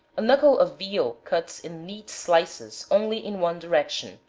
a knuckle of veal cuts in neat slices only in one direction,